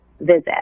visit